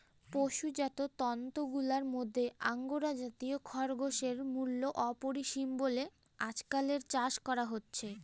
পশুজাত তন্তুগুলার মধ্যে আঙ্গোরা জাতীয় খরগোশের মূল্য অপরিসীম বলে আজকাল এর চাষ করা হচ্ছে